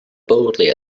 boldly